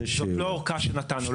זאת לא אורכה שנתנו.